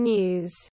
News